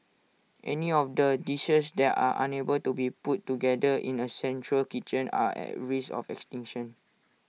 any of the dishes that are unable to be put together in A central kitchen are at risk of extinction